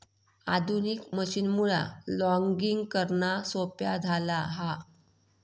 आधुनिक मशीनमुळा लॉगिंग करणा सोप्या झाला हा